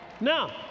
Now